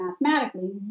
mathematically